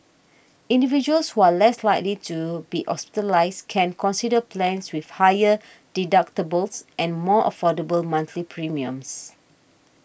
individuals who are less likely to be hospitalised can consider plans with higher deductibles and more affordable monthly premiums